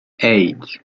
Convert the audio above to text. eight